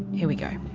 here we go.